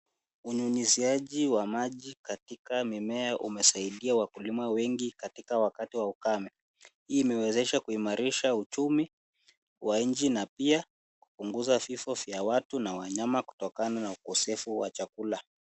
Unyunyuziaji wa maji katika mimea umesaidia wakulima wengi katika wakati wa ukame. Hii imewezasha kuimarisha uchumi wa nchi na pia kupunguza vifo vya watu na wanyama kutokana na ukosefu wa chakula.